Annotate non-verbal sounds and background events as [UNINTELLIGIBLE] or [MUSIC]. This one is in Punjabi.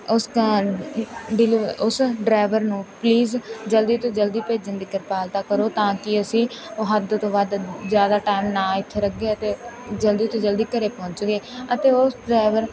ਉਸ [UNINTELLIGIBLE] ਉਸ ਡਰਾਈਵਰ ਨੂੰ ਪਲੀਜ਼ ਜਲਦੀ ਤੋਂ ਜਲਦੀ ਭੇਜਣ ਦੀ ਕਿਰਪਾਲਤਾ ਕਰੋ ਤਾਂ ਕਿ ਅਸੀਂ ਉਹ ਹੱਦ ਤੋਂ ਵੱਧ ਜ਼ਿਆਦਾ ਟਾਈਮ ਨਾ ਇੱਥੇ ਰਹੀਏ ਅਤੇ ਜਲਦੀ ਤੋਂ ਜਲਦੀ ਘਰ ਪਹੁੰਚੀਏ ਅਤੇ ਉਹ ਡਰਾਈਵਰ